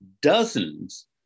dozens